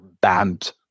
banned